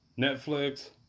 Netflix